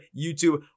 YouTube